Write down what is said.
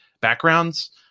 backgrounds